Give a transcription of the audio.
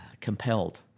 compelled